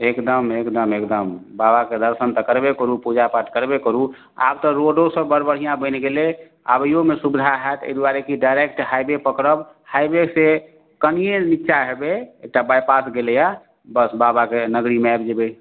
एगदम एगदम एगदम बाबाके दर्शन तऽ करबे करू पूजा पाठ करबे करू आब तऽ रोडोसब बड़ बढ़िआँ बनि गेलै आबैओमे सुविधा हैत एहि दुआरे कि डाइरेक्ट हाइवे पकड़ब हाइवेसे कनिए निच्चाँ हेबै एकटा बाइपास गेलैए बस बाबाके नगरीमे आबि जएबै